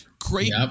great